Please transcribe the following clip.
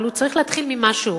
אבל הוא צריך להתחיל ממשהו.